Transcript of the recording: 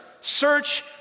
search